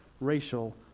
racial